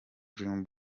dream